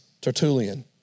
Tertullian